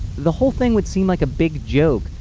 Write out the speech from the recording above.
the whole thing would seem like a big joke.